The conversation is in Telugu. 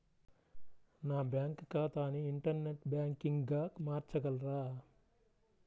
నా బ్యాంక్ ఖాతాని ఇంటర్నెట్ బ్యాంకింగ్గా మార్చగలరా?